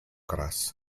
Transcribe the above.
keras